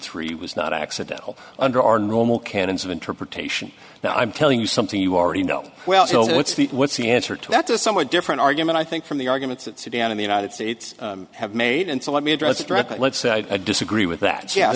three was not accidental under our normal canons of interpretation that i'm telling you something you already know well so what's the what's the answer to that's a somewhat different argument i think from the arguments that sudan in the united states have made and so let me address it directly let's say a disagree with that yeah